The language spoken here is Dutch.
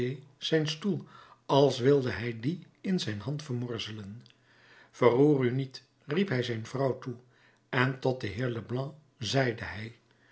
zijn stoel als wilde hij dien in zijn hand vermorzelen verroer u niet riep hij zijn vrouw toe en tot den heer leblanc zeide hij